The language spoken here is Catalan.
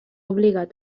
obligat